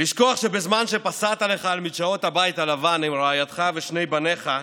לשכוח שבזמן שפסעת לך על מדשאות הבית הלבן עם רעייתך ושני בניך,